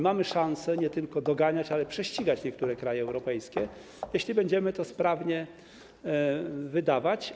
Mamy szansę nie tylko doganiać, ale prześcigać niektóre kraje europejskie, jeśli będziemy to sprawnie wydawać.